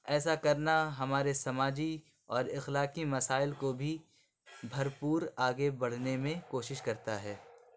ایسا کرنا ہمارے سماجی اور اخلاقی مسائل کو بھی بھرپور آگے بڑھنے میں کوشش کرتا ہے